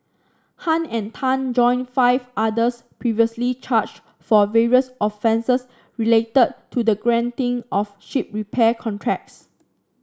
Tan and Tan join five others previously charged for various offences related to the granting of ship repair contracts